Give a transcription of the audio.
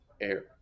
air